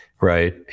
right